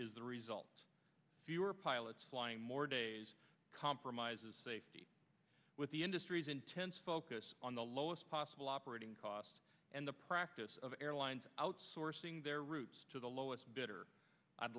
is the result fewer pilots flying more days compromises safety with the industry's intense focus on the lowest possible operating costs and the practice of airlines outsourcing their routes to the lowest bidder i'd